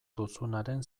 duzubaren